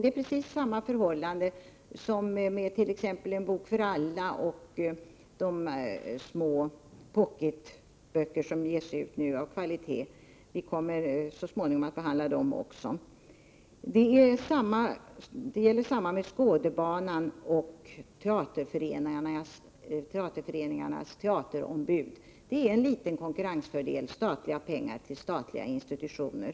Det är precis samma förhållande som med t.ex. En bok för alla i förhållande till annan utgivning av pocketböcker med kvalitet. Vi kommer så småningom att behandla den frågan också. Detsamma gäller i fråga om Skådebanan och teaterföreningarnas teaterombud. Det är en liten konkurrensfördel med statliga pengar till statliga institutioner.